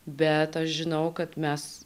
bet aš žinau kad mes